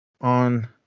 on